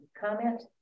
comment